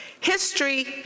History